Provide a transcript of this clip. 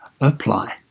apply